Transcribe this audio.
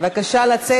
בבקשה לצאת.